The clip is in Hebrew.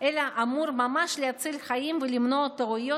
אלא אמור ממש להציל חיים ולמנוע טעויות